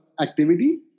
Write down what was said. activity